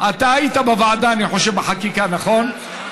אתה היית בוועדה, אני חושב, בחקיקה, נכון?